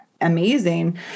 amazing